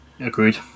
Agreed